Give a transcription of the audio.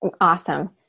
Awesome